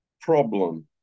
problem